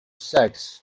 sex